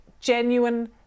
genuine